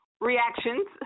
reactions